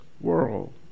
world